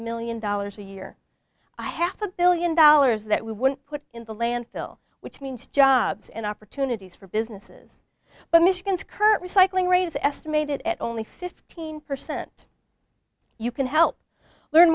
million dollars a year i half a billion dollars that we would put in the landfill which means jobs and opportunities for businesses but michigan's current recycling rate is estimated at only fifteen percent you can help learn